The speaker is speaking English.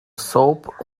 soap